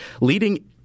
leading